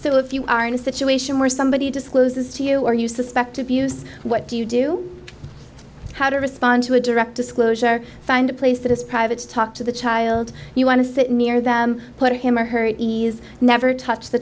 so if you are in a situation where somebody discloses to you or you suspect abuse what do you do how to respond to a direct disclosure find a place that is private to talk to the child you want to sit near them put him or her ease never touch the